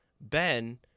Ben